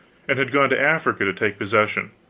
and had gone to africa to take possession,